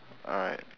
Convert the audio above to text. alright